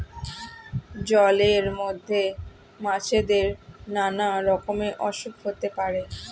জলের মধ্যে মাছেদের নানা রকমের অসুখ হতে পারে